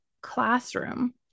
classroom